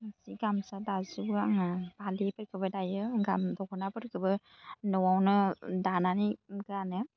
गामसा दाजोबो आङो फालिफोरखौबो दायो दख'नाफोरखौबो न'आवनो दानानै गानो